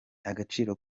agaciro